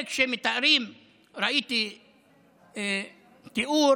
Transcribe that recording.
ראיתי תיאור